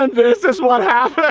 um this is what happens. i